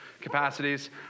capacities